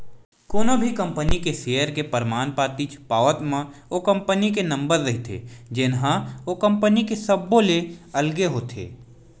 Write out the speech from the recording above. कोनो भी कंपनी के सेयर के परमान पातीच पावत म ओ कंपनी के नंबर रहिथे जेनहा ओ कंपनी के सब्बो ले अलगे होथे